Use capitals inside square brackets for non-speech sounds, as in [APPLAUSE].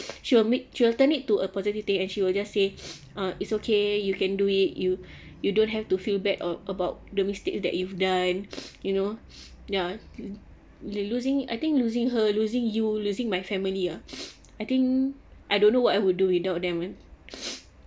[NOISE] she will make she will turn it to a positive thing and she will just say [NOISE] uh it's okay you can do it you [BREATH] you don't have to feel bad uh about the mistakes that you've done [NOISE] you know [NOISE] ya lo~ losing it I think losing her losing you losing my family ah [NOISE] I think I don't know what I would do without them man [NOISE]